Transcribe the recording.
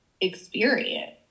experience